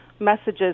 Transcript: messages